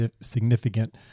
significant—